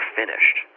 finished